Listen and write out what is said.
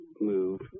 move